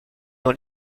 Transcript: dans